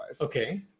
Okay